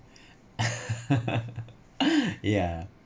yeah